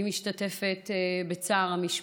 אני משתתפת בצער המשפחה.